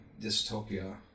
dystopia